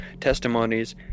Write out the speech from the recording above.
testimonies